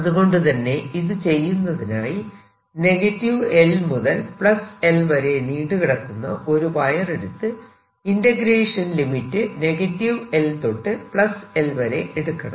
അതുകൊണ്ടുതന്നെ ഇത് ചെയ്യുന്നതിനായി L മുതൽ L വരെ നീണ്ടു കിടക്കുന്ന ഒരു വയർ എടുത്ത് ഇന്റഗ്രേഷൻ ലിമിറ്റ് L തൊട്ട് L വരെ എടുക്കണം